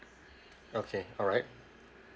okay alright